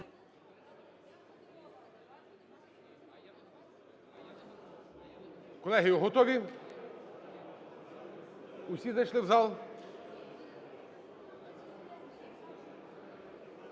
Колеги, готові? Всі зайшли в зал?